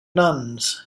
nuns